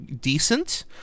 decent